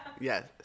Yes